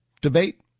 debate